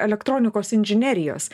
elektronikos inžinerijos